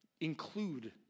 include